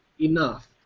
enough